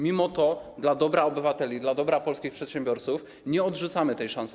Mimo to dla dobra obywateli, dla dobra polskich przedsiębiorców nie odrzucamy tej szansy.